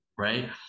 Right